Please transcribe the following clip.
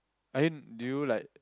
I mean do you like